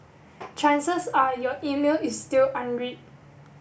chances are your email is still unread